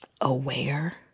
Aware